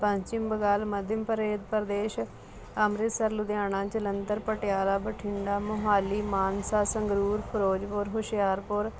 ਪੱਛਮੀ ਬੰਗਾਲ ਮੱਧ ਪ੍ਰਦੇਸ਼ ਅੰਮ੍ਰਿਤਸਰ ਲੁਧਿਆਣਾ ਜਲੰਧਰ ਪਟਿਆਲਾ ਬਠਿੰਡਾ ਮੋਹਾਲੀ ਮਾਨਸਾ ਸੰਗਰੂਰ ਫਿਰੋਜ਼ਪੁਰ ਹੁਸ਼ਿਆਰਪੁਰ